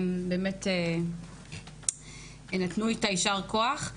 הם נתנו את ה "יישר כוח",